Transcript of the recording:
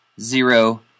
zero